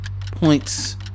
points